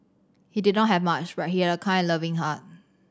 he did not have much but he had a kind and loving heart